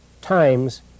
times